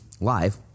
live